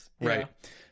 right